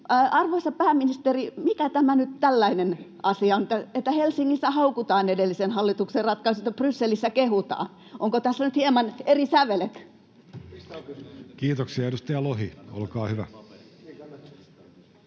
Arvoisa pääministeri, mikä tämä nyt tällainen asia on, että Helsingissä haukutaan edellisen hallituksen ratkaisuita ja Brysselissä kehutaan? Onko tässä nyt hieman eri sävelet? [Antti Kaikkonen: Mistä